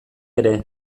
ere